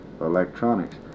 electronics